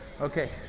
okay